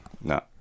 no